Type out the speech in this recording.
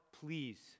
please